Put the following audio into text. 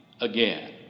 again